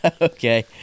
Okay